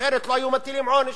אחרת לא היו מטילים עונש.